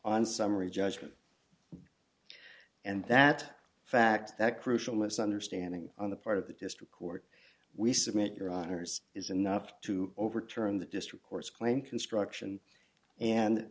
on summary judgment and that fact that crucial misunderstanding on the part of the district court we submit your honour's is enough to overturn the district court's claim construction and